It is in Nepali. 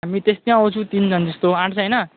हामी त्यस्तै आउँछु तिनजना जस्तो आँट्छ होइन